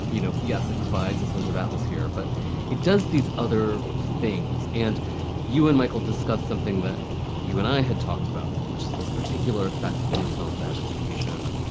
you know, yes, it provides a sense of atmosphere, but it does these other things. and you and michael discuss something that you and i had talked about, which is this particular effect in the film, that education,